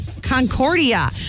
Concordia